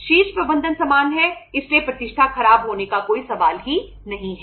शीर्ष प्रबंधन समान है इसलिए प्रतिष्ठा खराब होने का कोई सवाल ही नहीं है